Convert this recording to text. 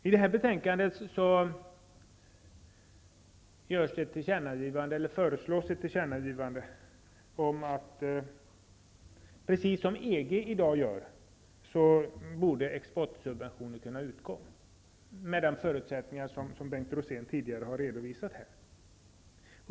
I betänkandet föreslås ett tillkännagivande om att exportsubventioner borde kunna utgå, precis som förhållandet är i EG i dag, med de förutsättningar som Bengt Rosén tidigare har redovisat här.